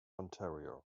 ontario